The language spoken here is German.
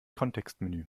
kontextmenü